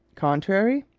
contrary?